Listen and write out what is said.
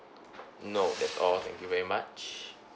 no that's all thank you very much